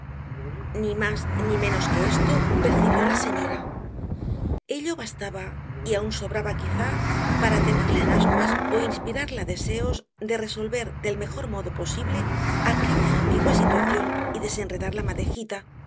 ni más ni menos que esto percibió la señora ello bastaba y aun sobraba quizá para tenerla en ascuas ó inspirarla deseos de resolver del mejor modo posible aquella ambigua situación y desenredar la madejita